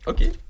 Okay